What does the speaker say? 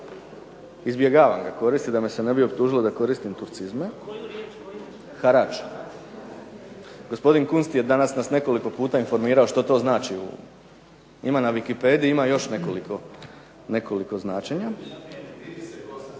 izbjegavam ga koristit da me se ne bi optužilo da koristim turcizme… … /Upadica se ne razumije./. Harač. Gospodin Kunst je danas nas nekoliko puta informirao što to znači, ima na wikipediji, ima još nekoliko značenja.